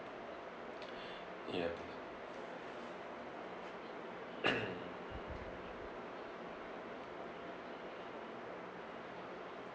ya